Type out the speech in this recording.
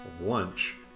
Lunch